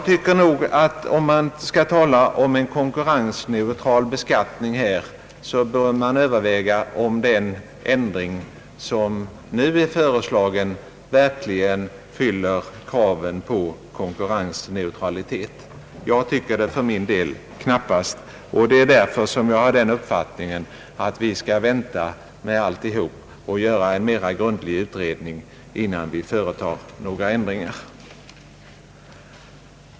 Skall man tala om en konkurrensneutral skatt bör man överväga om den ändring som nu är föreslagen verkligen fyller kraven på konkurrensneutralitet. Jag tycker det för min del knappast. Därför har jag den uppfattningen, att vi bör vänta med alltihop och göra en mera grundlig utredning innan vi företar några ändringar.